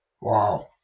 Wow